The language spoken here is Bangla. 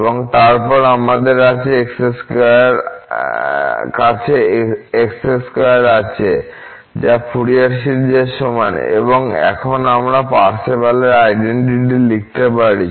এবং তারপর আমাদের কাছে x2 আছে যা ফুরিয়ার সিরিজের সমান এবং এখন আমরা পার্সেভালের আইডেনটিটি লিখতে পারি